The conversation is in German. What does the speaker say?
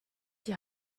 die